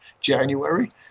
January